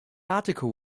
article